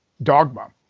dogma